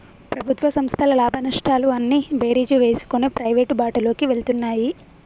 ప్రభుత్వ సంస్థల లాభనష్టాలు అన్నీ బేరీజు వేసుకొని ప్రైవేటు బాటలోకి వెళ్తున్నాయి